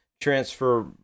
transfer